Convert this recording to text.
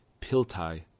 Piltai